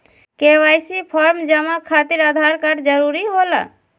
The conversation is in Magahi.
के.वाई.सी फॉर्म जमा खातिर आधार कार्ड जरूरी होला?